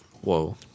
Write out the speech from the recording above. Whoa